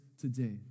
today